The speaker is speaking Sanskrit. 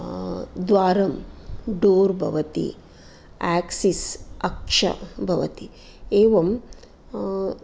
द्वारं डोर् भवति आक्सिस् अक्ष भवति एवम्